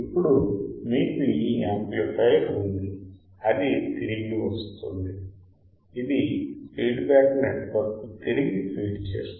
ఇప్పుడు మీకు ఈ యాంప్లిఫయర్ ఉంది అది తిరిగి వస్తుంది ఇది ఫీడ్బ్యాక్ నెట్వర్క్ కు తిరిగి ఫీడ్ చేస్తుంది